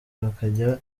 bakajya